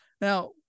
Now